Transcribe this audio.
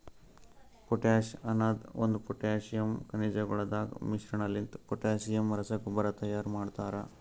potash ಅನದ್ ಒಂದು potassium ಖನಿಜಗೊಳದಾಗ್ ಮಿಶ್ರಣಲಿಂತ ಪೊಟ್ಯಾಸಿಯಮ್ ರಸಗೊಬ್ಬರ ತೈಯಾರ್ ಮಾಡ್ತರ